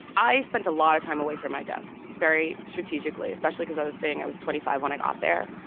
i spent a lot of time away from my desk, very strategically, especially because i was saying i was twenty five when i got there.